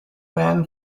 man